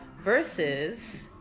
Versus